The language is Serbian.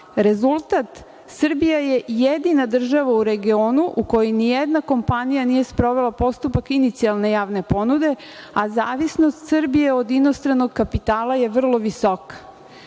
Rezultat – Srbija je jedina država u regionu u kojoj ni jedna kompanija nije sprovela postupak inicijalne javne ponude, a zavisnost Srbije od inostranog kapitala je vrlo visoka.